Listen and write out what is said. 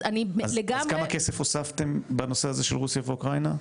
אז כמה כסף הוספתם בנושא הזה של רוסיה ואוקראינה?